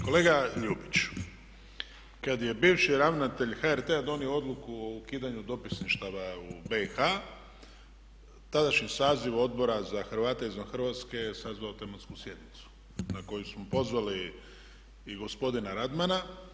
Kolega Ljubić kad je bivši ravnatelj HRT-a donio odluku o ukidanju dopisništava u BiH tadašnji saziv Odbora za Hrvate izvan Hrvatske je sazvao tematsku sjednicu na koju smo pozvali i gospodina Radmana.